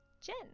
Jen